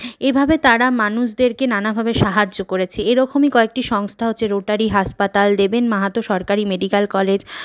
এভাবে তারা মানুষদেরকে নানাভাবে সাহায্য করেছে এরকমই কয়েকটি সংস্থা হচ্ছে রোটারি হাসপাতাল দেবেন মাহাতো সরকারি মেডিক্যাল কলেজ